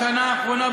בשנה האחרונה,